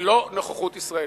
ללא נוכחות ישראלית.